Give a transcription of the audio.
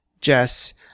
Jess